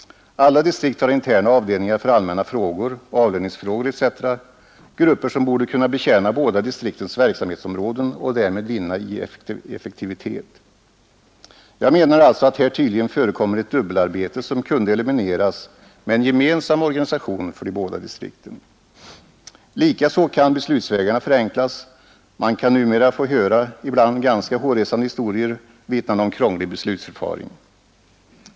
Alla distrikt har interna avdelningar för allmänna frågor, avlöningsfrågor etc., grupper som borde kunna betjäna båda distriktens verksamhetsområden och därmed vinna i effektivitet. Jag menar alltså att här tydligen förekommer ett dubbelarbete som kunde elimineras med en gemensam organisation för båda distrikten. Likaså kan beslutsvägarna förenklas. Man kan numera få höra ibland ganska hårresande historier vittnande om krångligt beslutsförfarande.